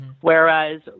Whereas